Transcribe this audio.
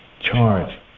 charge